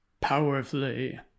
powerfully